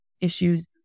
issues